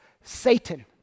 Satan